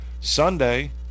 Sunday